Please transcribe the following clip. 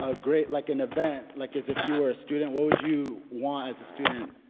ah great like an event, like as if you were a student what would you want as a student.